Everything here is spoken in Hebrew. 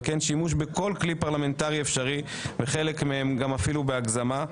וכן שימוש בכל כלי פרלמנטרי אפשרי וחלק מהם גם אפילו בהגזמה,